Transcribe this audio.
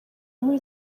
muri